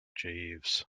jeeves